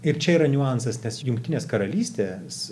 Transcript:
ir čia yra niuansas tas jungtinės karalystės